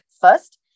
first